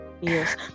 yes